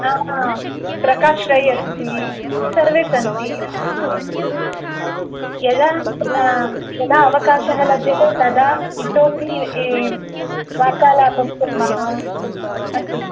हा प्रकाशरै अस्ति सर्वे सन्ति अस्तु यदा यदा अवकाशः लभ्यते तदा इतोपि वार्तालापं कुर्मः अस्तु अस्तु